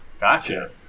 Gotcha